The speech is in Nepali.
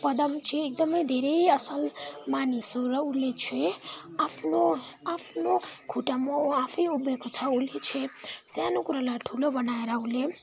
पदम चाहिँ एकदमै धेरै असल मानिस हो र उसले चाहिँ आफ्नो आफ्नो खुट्टामा ऊ आफै उभिएको छ उसले चाहिँ सानो कुरालाई ठुलो बनाएर उसले